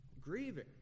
Grieving